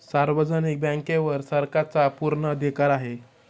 सार्वजनिक बँकेवर सरकारचा पूर्ण अधिकार आहे